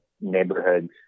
neighborhoods